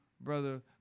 brother